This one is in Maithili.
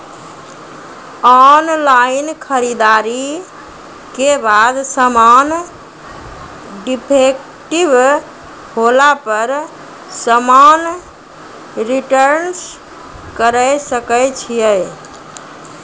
ऑनलाइन खरीददारी के बाद समान डिफेक्टिव होला पर समान रिटर्न्स करे सकय छियै?